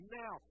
now